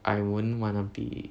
I won't wanna be